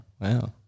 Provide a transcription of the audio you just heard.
Wow